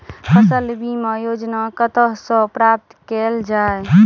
फसल बीमा योजना कतह सऽ प्राप्त कैल जाए?